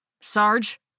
Sarge